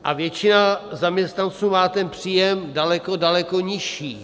A většina zaměstnanců má ten příjem daleko, daleko nižší.